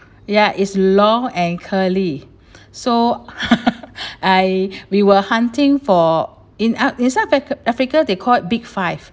ya is long and curly so I we were hunting for in ah in south africa africa they called it big five